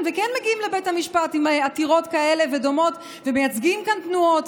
וכן מגיעים לבית המשפט עם עתירות כאלה ודומות ומייצגים כאן תנועות.